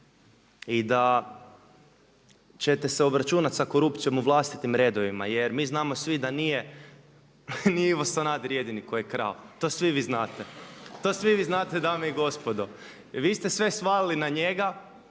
i da ćete se obračunati sa korupcijom u vlastitim redovima jer mi znamo svi da nije, nije Ivo Sanader jedini koji je krao, to svi vi znate. To svi vi znate dame i gospodo. Vi ste sve svalili na njega